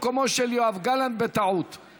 במקומו של יואב גלנט, בטעות.